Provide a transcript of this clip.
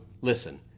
listen